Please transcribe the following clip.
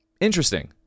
Interesting